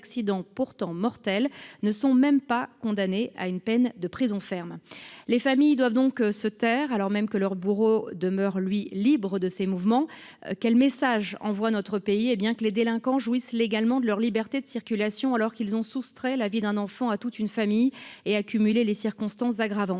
Les familles doivent donc se taire, tandis que leur bourreau demeure libre de ses mouvements. Quel message envoie notre pays ? Que les délinquants jouissent légalement de leur liberté de circulation alors qu’ils ont soustrait la vie d’un enfant à toute une famille et cumulé les circonstances aggravantes.